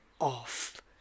off